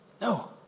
No